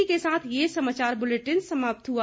इसी के साथ ये समाचार बुलेटिन समाप्त हुआ